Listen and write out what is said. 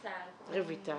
רויטל.